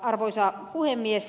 arvoisa puhemies